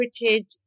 interpreted